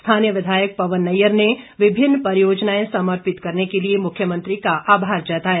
स्थानीय विधायक पवन नैय्यर ने विभिन्न परियोजनाएं समर्पित करने के लिए मुख्यमंत्री का आभार जताया